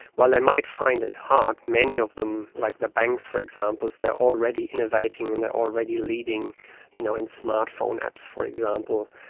while they might find it hard, many of them, like the banks for example, they are already innovating and they are already leading you know in smart phone apps, for example.